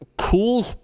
Cool